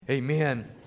Amen